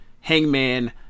Hangman